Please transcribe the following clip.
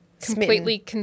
completely